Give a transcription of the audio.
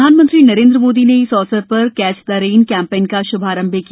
प्रधानमंत्री नरेन्द्र मोदी ने इस अवसर पर कैच द रेन कैम्पेन का श्भारंभ भी किया